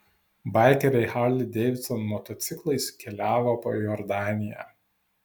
baikeriai harley davidson motociklais keliavo po jordaniją